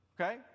okay